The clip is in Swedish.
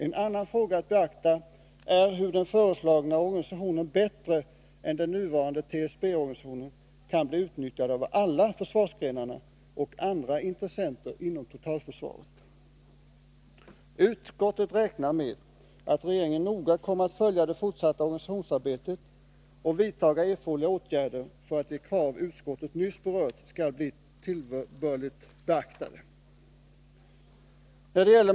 En annan fråga att beakta är hur den föreslagna organisationen bättre än den nuvarande TSB-organisationen kan bli utnyttjad av alla försvarsgrenarna och andra intressenter inom totalförsvaret. Utskottet räknar med att regeringen noga kommer att följa det fortsatta organisationsarbetet och vidta erforderliga åtgärder för att de krav utskottet nyss berört skall bli tillbörligt beaktade.